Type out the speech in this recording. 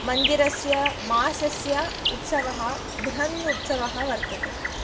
मन्दिरस्य मासस्य उत्सवः बृहन्नुत्सवः वर्तते